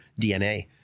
DNA